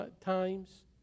times